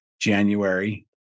january